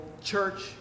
church